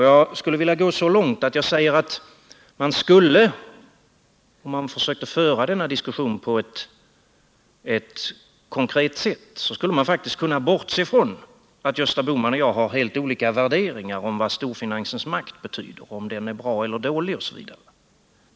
Jag skulle vilja gå så långt att jag säger att man faktiskt, om man försökte föra denna diskussion på ett konkret sätt, skulle kunna bortse från att Gösta Bohman och jag har helt olika värderingar av vad storfinansens makt betyder, om den är bra eller dålig osv.